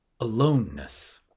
aloneness